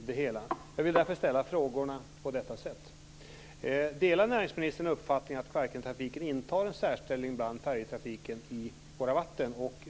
det hela. Jag vill därför ställa följande frågor. Delar näringsministern uppfattningen att Kvarkentrafiken intar en särställning bland färjetrafiken i våra vatten?